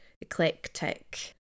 eclectic